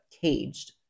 caged